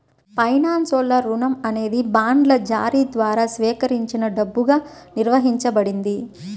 ఫైనాన్స్లో, రుణం అనేది బాండ్ల జారీ ద్వారా సేకరించిన డబ్బుగా నిర్వచించబడింది